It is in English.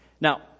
Now